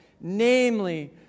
Namely